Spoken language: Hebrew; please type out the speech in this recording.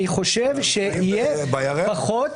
-- אני חושב שיהיה פחות